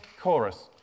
chorus